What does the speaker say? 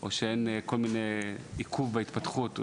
או שאין עיכוב בהתפתחות,